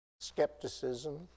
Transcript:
skepticism